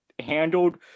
handled